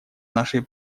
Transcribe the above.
нашей